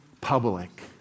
public